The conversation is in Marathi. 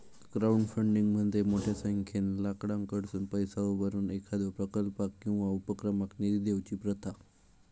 क्राउडफंडिंग म्हणजे मोठ्यो संख्येन लोकांकडसुन पैसा उभारून एखाद्यो प्रकल्पाक किंवा उपक्रमाक निधी देऊची प्रथा